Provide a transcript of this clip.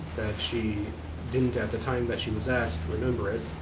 she didn't at the time that she was asked, remember it,